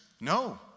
no